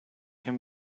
him